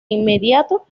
inmediato